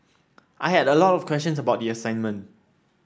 I had a lot of questions about the assignment